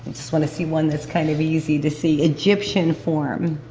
just want to see one that's kind of easy to see. egyptian form,